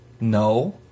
No